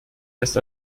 erst